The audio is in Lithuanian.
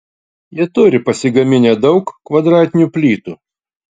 jie turi pasigaminę daug kvadratinių plytų